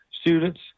students